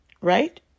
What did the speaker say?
Right